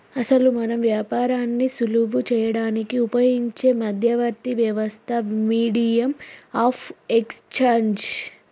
అసలు మనం వ్యాపారాన్ని సులువు చేయడానికి ఉపయోగించే మధ్యవర్తి వ్యవస్థ మీడియం ఆఫ్ ఎక్స్చేంజ్